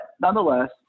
nonetheless